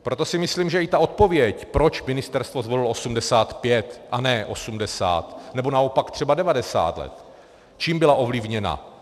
Proto si myslím, že i ta odpověď, proč ministerstvo zvolilo 85 a ne 80, nebo naopak třeba 90 let čím byla ovlivněna.